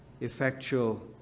effectual